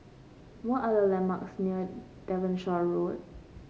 what are the landmarks near Devonshire Road